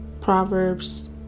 Proverbs